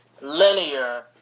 linear